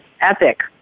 epic